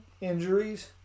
injuries